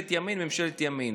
ממשלת ימין, ממשלת ימין.